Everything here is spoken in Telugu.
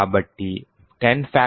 కాబట్టి 10